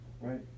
right